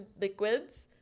liquids